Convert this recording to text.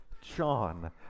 John